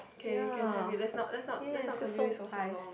K you can have it let's not let's not continue this for so long